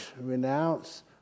renounce